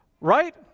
Right